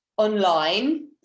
online